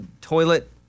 Toilet